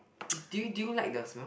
do you do you like the smell